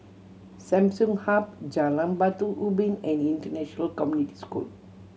Samsung Hub Jalan Batu Ubin and International Community School